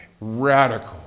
Radical